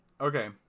Okay